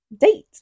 date